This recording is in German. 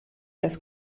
das